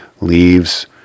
leaves